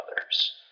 others